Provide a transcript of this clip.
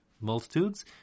multitudes